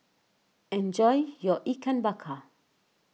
enjoy your Ikan Bakar